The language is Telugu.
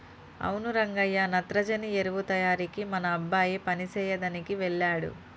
అవును రంగయ్య నత్రజని ఎరువు తయారీకి మన అబ్బాయి పని సెయ్యదనికి వెళ్ళాడు